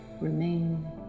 remain